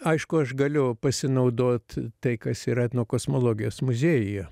aišku aš galiu pasinaudot tai kas yra etnokosmologijos muziejuje